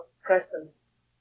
presence